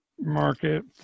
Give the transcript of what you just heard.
Market